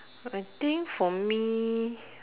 I think for me